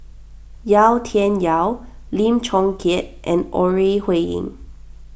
Yau Tian Yau Lim Chong Keat and Ore Huiying